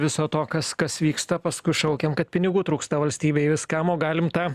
viso to kas kas vyksta paskui šaukiam kad pinigų trūksta valstybei viskam o galim tą